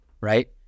Right